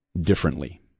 differently